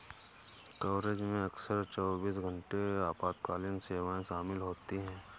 coverage में अक्सर चौबीस घंटे आपातकालीन सेवाएं शामिल होती हैं